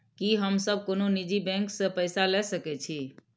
की हम सब कोनो निजी बैंक से पैसा ले सके छी?